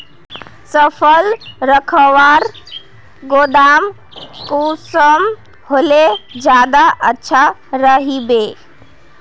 फसल रखवार गोदाम कुंसम होले ज्यादा अच्छा रहिबे?